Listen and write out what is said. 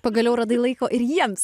pagaliau radau laiko ir jiems